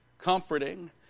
comforting